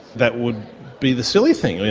that would be the silly thing,